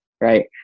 right